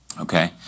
Okay